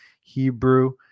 Hebrew